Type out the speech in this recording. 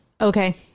Okay